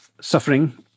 suffering